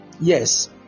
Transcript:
Yes